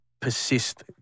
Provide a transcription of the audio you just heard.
persist